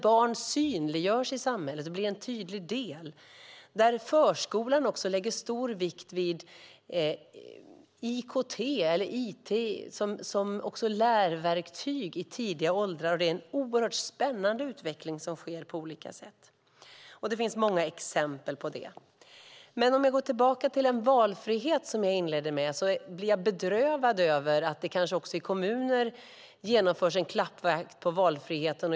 Barn synliggörs i samhället och blir en tydlig del. Förskolan lägger också stor vikt vid IKT, eller it, som lärverktyg i tidiga åldrar. Det är en oerhört spännande utveckling som sker på olika sätt. Det finns många exempel på det. Om jag går tillbaka till den valfrihet som jag inledde mitt anförande med att tala om blir jag bedrövad över att det kanske också i kommuner genomförs en klappjakt på valfriheten.